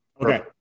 Okay